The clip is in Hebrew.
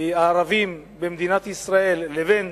הערבים במדינת ישראל לבין